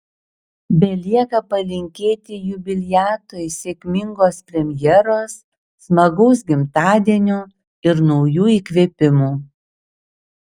belieka palinkėti jubiliatui sėkmingos premjeros smagaus gimtadienio ir naujų įkvėpimų